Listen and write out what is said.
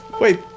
wait